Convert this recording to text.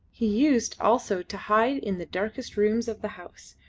he used also to hide in the darkest rooms of the house,